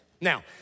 Now